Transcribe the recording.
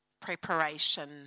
preparation